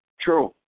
True